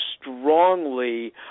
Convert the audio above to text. strongly